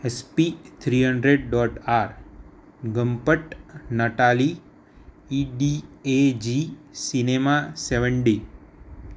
speak three hundred dot R ગમ્મપટ Natalie EDAG cinema seven day